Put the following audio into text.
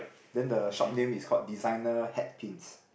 then the shop name is called designer hat pins